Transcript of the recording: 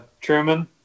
Truman